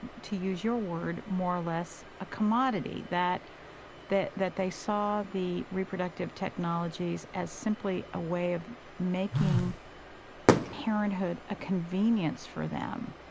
to use your word, more or less a commodity that that they saw the reproductive technologies as simply a way of making parenthood a convenience for them.